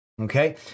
okay